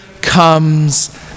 comes